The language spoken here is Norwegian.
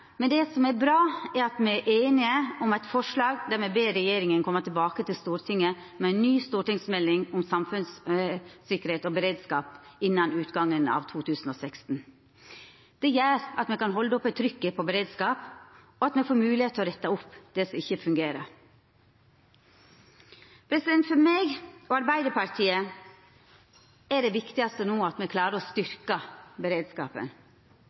Men det som er bra, er at me er einige om eit forslag til vedtak der me ber regjeringa koma tilbake til Stortinget med «en ny stortingsmelding om samfunnssikkerhet og beredskap innen utgangen av 2016». Det gjer at me kan halda oppe trykket på beredskap, og at me får moglegheit til å retta opp det som ikkje fungerer. For meg og Arbeidarpartiet er det viktigaste no at me klarar å styrkja beredskapen.